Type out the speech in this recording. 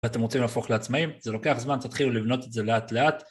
אתם רוצים להפוך לעצמאים, זה לוקח זמן, תתחילו לבנות את זה לאט לאט